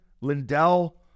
Lindell